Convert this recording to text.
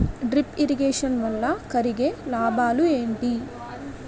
Drip irrigation వల్ల కలిగే లాభాలు ఏంటి?